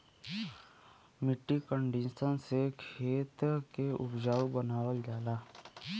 मट्टी कंडीशनर से खेत के उपजाऊ बनावल जाला